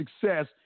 success